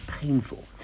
painful